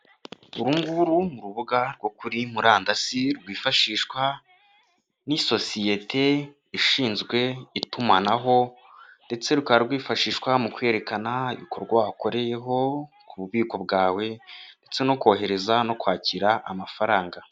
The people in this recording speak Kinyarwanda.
Uru nguru ni urubuga rwo kuri murandasi rwifashishwa n'isosiyete ishinzwe itumanaho ndetse rukaba rwifashishwa mu kwerekana ibikorwa wakoreyeho ku bubiko bwawe ndetse no kohereza no kwakira amafaranga.